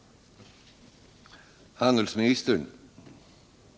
att i förväg anmäla planerade prishöjningar